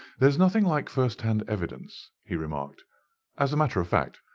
there is nothing like first hand evidence, he remarked as a matter of fact,